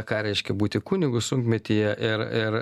ką reiškia būti kunigu sunkmetyje ir ir